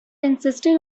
insisted